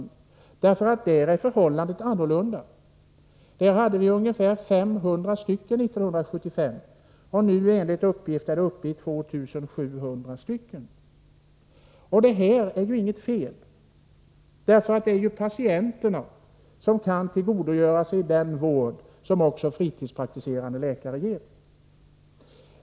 På det området är förhållandet annorlunda. Vi hade ungefär 500 fritidspraktiserande läkare 1975 och nu är enligt uppgift antalet uppe i 2 700 stycken. Det här är ju inget fel. Patienterna kan ju tillgodogöra sig också den vård som fritidspraktiserande läkare ger.